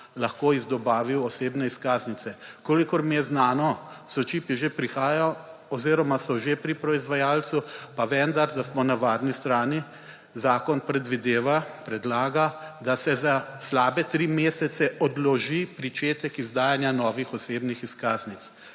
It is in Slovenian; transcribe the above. lahko izdobavil osebne izkaznice. Kolikor mi je znano čipi že prihajajo oziroma so že pri proizvajalcu pa vendar, da smo na varni strani zakon predvideva, predlaga, da se za slabe 3 mesece odloži pričetek izdajanje novih osebnih izkaznic.